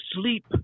sleep